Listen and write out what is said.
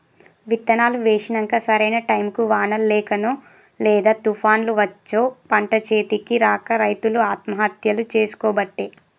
విత్తనాలు వేశినంక సరైన టైముకు వానలు లేకనో లేదా తుపాన్లు వచ్చో పంట చేతికి రాక రైతులు ఆత్మహత్యలు చేసికోబట్టే